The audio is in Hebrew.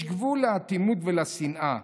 יש גבול לאטימות ולשנאה.